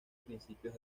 principios